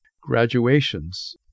graduations